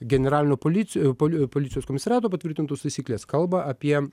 generalinio polici poli policijos komisariato patvirtintos taisykles kalba apie